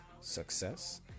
success